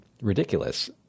ridiculous